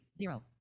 zero